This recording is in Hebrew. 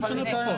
זה משנה פחות.